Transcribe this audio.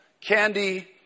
candy